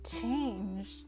change